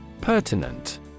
Pertinent